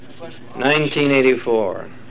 1984